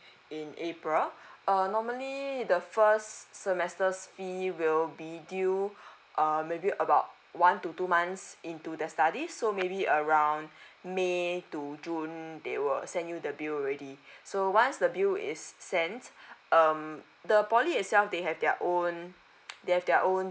in april uh normally the first semester's fee will be due err maybe about one to two months into their study so maybe around may to june they will send you the bill already so once the bill is sent um the poly itself they have their own they have their own